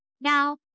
Now